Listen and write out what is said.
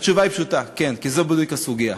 התשובה היא פשוטה: כן, כי זו בדיוק הסוגיה.